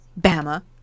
Bama